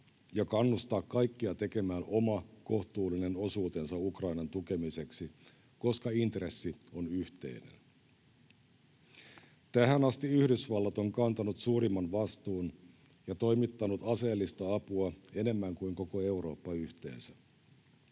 ja kannustaa kaikkia tekemään oma kohtuullinen osuutensa Ukrainan tukemiseksi, koska intressi on yhteinen. Tähän asti Yhdysvallat on kantanut suurimman vastuun ja toimittanut aseellista apua enemmän kuin koko Eurooppa yhteensä.